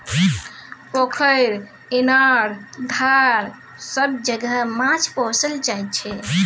पोखरि, इनार, धार सब जगह माछ पोसल जाइ छै